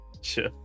sure